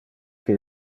que